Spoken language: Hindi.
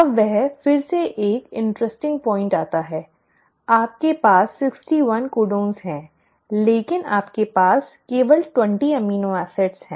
अब वह फिर से एक दिलचस्प पॉइंट लाता है आपके पास 61 कोडन हैं लेकिन आपके पास केवल 20 एमिनो एसिड हैं